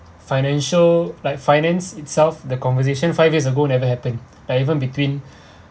financial like finance itself the conversation five years ago never happen like even between